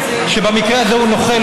שבמקרה הזה הוא נוכל,